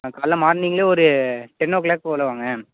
ஆ காலைல மார்னிங்லே ஒரு டென் ஓ க்ளாக் போல வாங்க